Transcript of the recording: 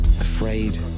afraid